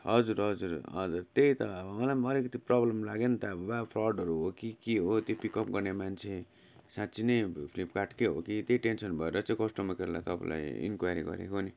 हजुर हजुर हजुर त्यही त मलाई पनि अलिकति प्रब्लम लाग्यो नि त अब बा फ्रडहरू हो कि के हो त्यो पिकअप गर्ने मान्छे साँच्चै नै फ्लिपकार्टकै हो कि त्यही टेन्सन भएर चाहिँ कस्टमर केयरलाई तपाईँलाई इन्क्वारी गरेको नि